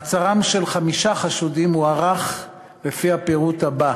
מעצרם של חמישה חשודים הוארך לפי הפירוט הבא: